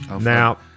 Now